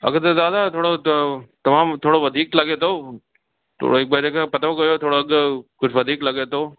अघ त दादा थोरो तमामु थोरो वधीक लॻे थो हू हिक बार थोरो पतो कयो अघु कुझु वधीक लॻे थो